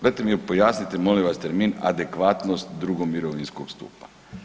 Dajte mi pojasnite molim vas termin „adekvatnost II. mirovinskog stupa“